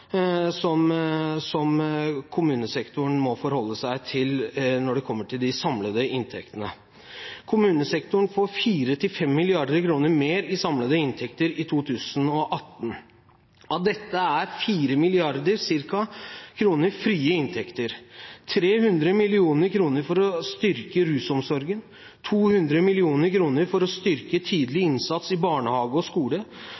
nøkkeltallene som kommunesektoren må forholde seg til når det kommer til de samlede inntektene: Kommunesektoren får 4 mrd.–5 mrd. kr mer i samlede inntekter i 2018, av dette er ca. 4 mrd. kr. frie inntekter. Det er 300 mill. kr for å styrke rusomsorgen, 200 mill. kr for å styrke tidlig innsats i barnehage og skole,